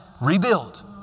rebuild